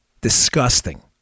Disgusting